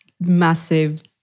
massive